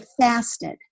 fasted